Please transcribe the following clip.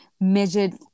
measured